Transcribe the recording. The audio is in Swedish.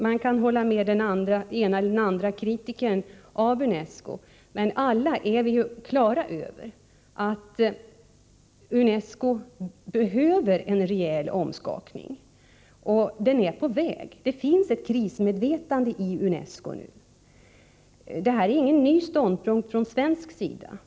Man kan hålla med den ena eller den andra kritikern av UNESCO, men alla är vi ju klara över att UNESCO behöver en rejäl omskakning — och den är på väg. Det finns ett krismedvetande i UNESCO nu. Det här är ingen ny ståndpunkt från svensk sida.